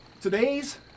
Today's